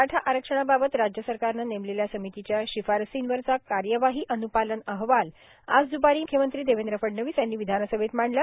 मराठा आरक्षणाबाबत राज्य सरकारनं नेमलेल्या समितीच्या शिफारसींवरचा कार्यवाही अन्पालन अहवाल आज द्पारी म्ख्यमंत्री देवेंद्र फडणवीस यांनी विधानसभेत मांडला